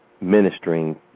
ministering